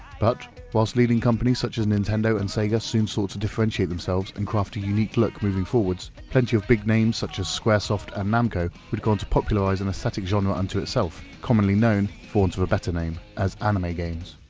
but whilst leading companies such as nintendo and sega soon sought to differentiate themselves and craft a unique look moving forwards, plenty of big names such as squaresoft and namco would gone to popularize an aesthetic genre unto itself, commonly known for its better name as anime games.